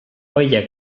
olla